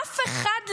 אף אחד לרגע,